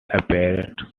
appeared